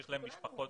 ויש להם משפחות